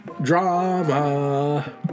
drama